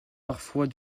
parfois